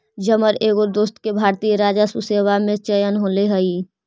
जमर एगो दोस्त के भारतीय राजस्व सेवा में चयन होले हे